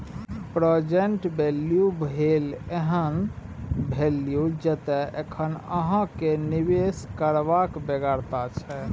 present value भेल एहन value जतय एखन अहाँ केँ निबेश करबाक बेगरता छै